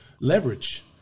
Leverage